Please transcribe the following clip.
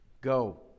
Go